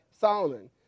Solomon